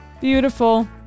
Beautiful